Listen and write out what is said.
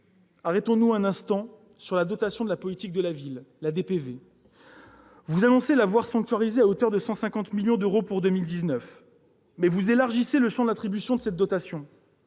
Arrêtons-nous un instant sur la dotation politique de la ville, la DPV. Vous annoncez l'avoir sanctuarisée à hauteur de 150 millions d'euros en 2019, mais vous élargissez le champ d'attribution de cette dotation.